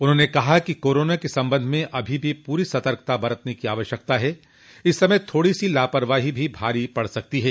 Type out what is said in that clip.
उन्होंने कहा कि कोरोना के संबंध में अभी भी पूरी सतर्कता बरतने की आवश्यकता हैं इस समय थोड़ी सी लापरवाही भी भारी पड़ सकती है